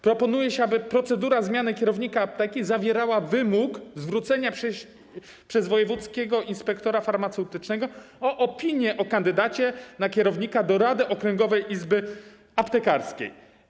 Proponuje się, aby procedura zmiany kierownika apteki zawierała wymóg zwrócenia się przez wojewódzkiego inspektora farmaceutycznego o opinię o kandydacie na kierownika do rady okręgowej izby aptekarskiej.